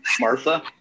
Martha